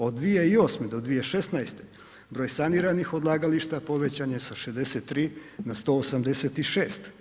Od 2008. do 2016. broj saniranih odlagališta povećan je sa 63 na 186.